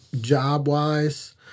job-wise